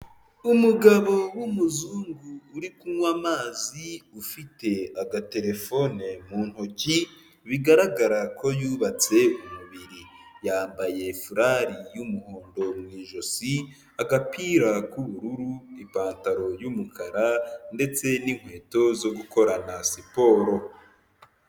Umugabo w'umuzungu uri kunywa amazi, ufite agaterefone mu ntoki, bigaragara ko yubatse umubiri. Yambaye furari y'umuhondo mu ijosi, agapira k'ubururu, ipataro y'umukara ndetse n'inkweto zo gukorana siporo.